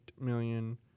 million